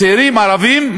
צעירים ערבים.